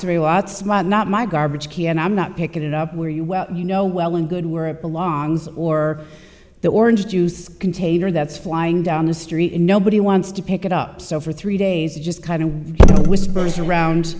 through out smog not my garbage can i'm not picking it up where you well you know well and good where it belongs or the orange juice container that's flying down the street and nobody wants to pick it up so for three days it just kind of whispers around